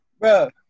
Bro